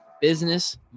business